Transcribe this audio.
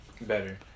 better